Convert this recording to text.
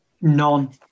None